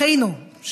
אחינו,